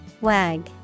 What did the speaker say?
Wag